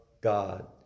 God